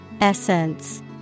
Essence